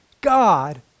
God